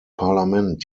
parlament